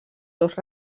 dos